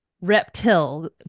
reptile